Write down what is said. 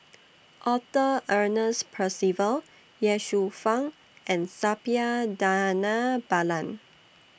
Arthur Ernest Percival Ye Shufang and Suppiah Dhanabalan